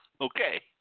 Okay